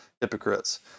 hypocrites